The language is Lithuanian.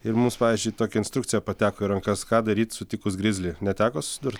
ir mums pavyzdžiui tokia instrukcija pateko į rankas ką daryt sutikus grizlį neteko susidur